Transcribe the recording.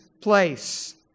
place